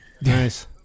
Nice